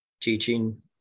teaching